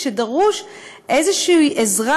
כשדרושה איזושהי עזרה,